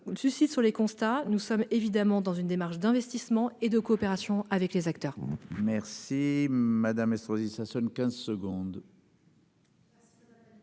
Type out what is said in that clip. lucides sur les constats et que nous sommes bien évidemment engagés dans une démarche d'investissement et de coopération avec les acteurs.